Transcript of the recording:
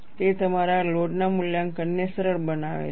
તે તમારા લોડ ના મૂલ્યાંકનને સરળ બનાવે છે